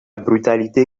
brutalité